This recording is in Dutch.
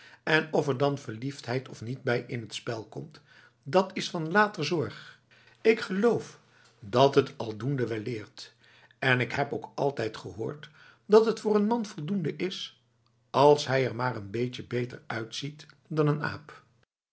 en of er dan verliefdheid of niet bij in het spel komt dat is van later zorg ik geloof dat het al doende wel leert en ik heb ook altijd gehoord dat het voor n man voldoende is als hij er maar n beetje beter uitziet dan n aap